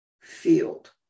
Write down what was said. field